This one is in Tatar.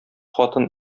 хатын